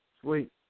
Sweet